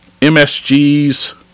MSG's